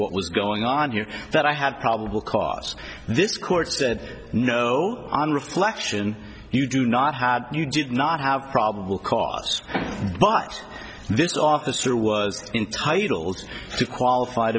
what was going on here that i have probable cause this court said no on reflection you do not have you did not have probable cause but this officer was intitled to qualified